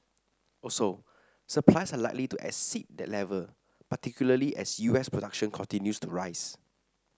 also supplies are likely to exceed that level particularly as U S production continues to rise